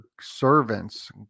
servants